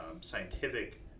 scientific